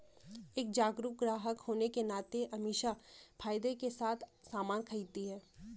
एक जागरूक ग्राहक होने के नाते अमीषा फायदे के साथ सामान खरीदती है